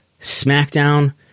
SmackDown